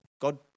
God